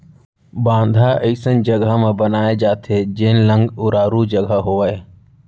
बांधा अइसन जघा म बनाए जाथे जेन लंग उरारू जघा होवय